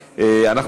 נתקבלה.